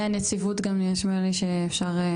זה הנציבות גם נשמע לי שאפשר.